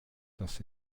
dass